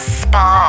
spa